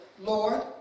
Lord